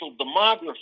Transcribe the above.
demography